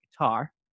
guitar